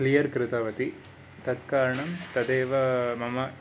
clear कृतवती तत् कारणं तदेव मम